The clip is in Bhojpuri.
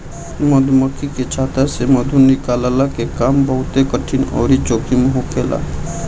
मधुमक्खी के छत्ता से मधु निकलला के काम बहुते कठिन अउरी जोखिम वाला होखेला